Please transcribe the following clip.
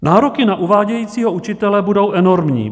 Nároky na uvádějícího učitele budou enormní.